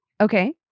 Okay